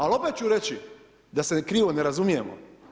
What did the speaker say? Ali opet ću reći da se krivo ne razumijemo.